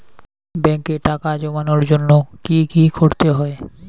ব্যাংকে টাকা জমানোর জন্য কি কি করতে হয়?